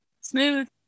smooth